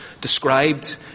described